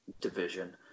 division